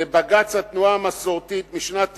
בבג"ץ התנועה המסורתית משנת 98',